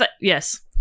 Yes